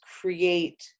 create